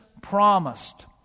promised